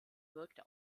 wirkte